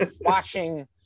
watching